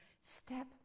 step